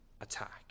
attack